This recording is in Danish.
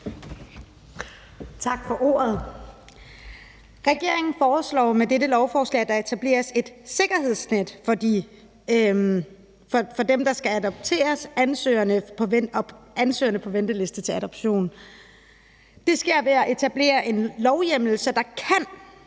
Tak for ordet. Regeringen foreslår med dette lovforslag, at der etableres et sikkerhedsnet for ansøgerne på venteliste til adoption. Det sker ved at etablere en lovhjemmel, så der kan